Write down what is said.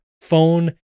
phone